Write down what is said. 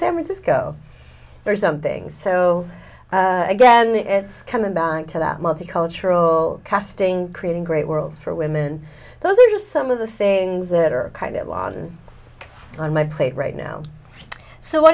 san francisco or something's so again it's coming back to that multicultural casting creating great worlds for women those are just some of the things that are kind of on on my plate right now so what